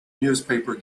newspaper